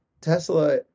Tesla